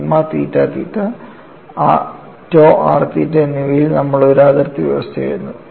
sigma theta theta tau r theta എന്നിവയിൽ നമ്മൾ ഒരു അതിർത്തി വ്യവസ്ഥ എഴുതുന്നു